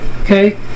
okay